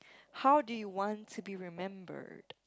how do you want to be remembered